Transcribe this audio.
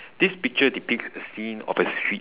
this picture depicts a scene of a street